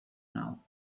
now